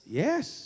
yes